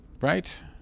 right